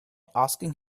asking